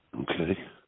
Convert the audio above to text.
Okay